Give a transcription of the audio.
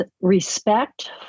respect